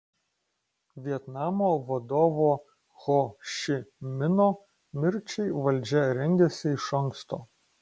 vietnamo vadovo ho ši mino mirčiai valdžia rengėsi iš anksto